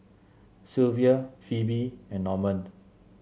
Silvia Phoebe and Normand